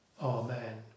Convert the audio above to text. Amen